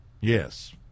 Yes